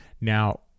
Now